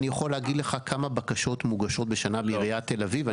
אני יכול להגיד לך כמה בקשות מוגשות בשנה מוגשות לעיריית תל אביב.